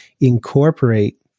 incorporate